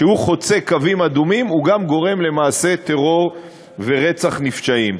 כשהוא חוצה קווים אדומים הוא גם גורם למעשי טרור ורצח נפשעים.